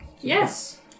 Yes